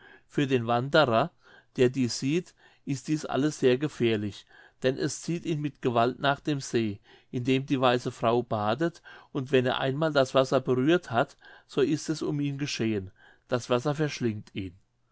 für den wanderer der dieß sieht ist dieß alles sehr gefährlich denn es zieht ihn mit gewalt nach dem see in dem die weiße frau badet und wenn er einmal das wasser berührt hat so ist es um ihn geschehen das wasser verschlingt ihn